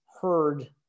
heard